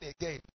again